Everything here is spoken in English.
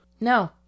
No